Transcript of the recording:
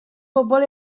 bobl